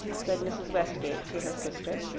said mrs. westgate to her sister,